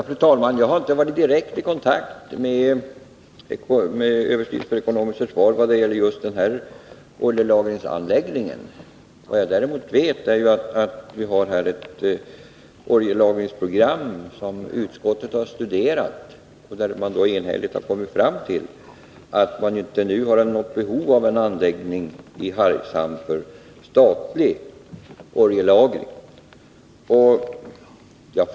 Fru talman! Jag har inte varit i direkt kontakt med överstyrelsen för ekonomiskt försvar vad gäller just den här aktuella oljelagringsanläggning en. Däremot vet jag att det finns ett oljelagringsprogram som utskottet har studerat, och utskottet har då enhälligt kommit fram till att det inte finns behov av en anläggning i Hargshamn för statlig oljelagring.